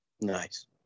Nice